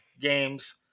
games